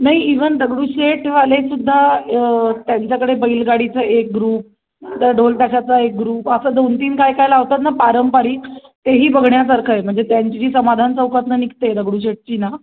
नाही इवन दगडूशेठवाले सुद्धा त्यांच्याकडे बैलगाडीचं एक ग्रुप ढोलताशाचा एक ग्रुप असं दोन तीन काय काय लावतात ना पारंपरिक तेही बघण्यासारखं आहे म्हणजे त्यांची जी समाधान चौकातनं निघते दगडूशेठची ना